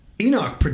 Enoch